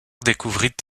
découvrit